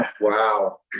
Wow